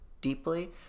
deeply